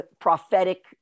prophetic